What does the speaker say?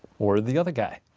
or the other guy.